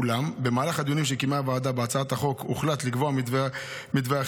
אולם במהלך הדיונים שקיימה הוועדה בהצעת החוק הוחלט לקבוע מתווה אחר,